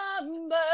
number